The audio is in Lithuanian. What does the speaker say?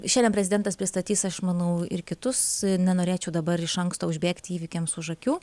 šiandien prezidentas pristatys aš manau ir kitus nenorėčiau dabar iš anksto užbėgti įvykiams už akių